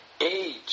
age